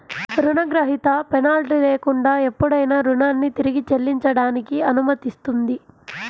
రుణగ్రహీత పెనాల్టీ లేకుండా ఎప్పుడైనా రుణాన్ని తిరిగి చెల్లించడానికి అనుమతిస్తుంది